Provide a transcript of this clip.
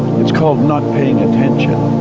it's called not paying attention,